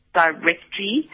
directory